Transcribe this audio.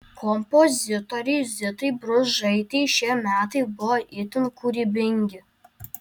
kompozitorei zitai bružaitei šie metai buvo itin kūrybingi